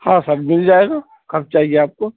ہاں سب مل جائے گا کب چاہیے آپ کو